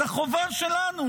אז החובה שלנו,